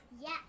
Yes